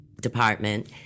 department